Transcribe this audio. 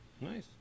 Nice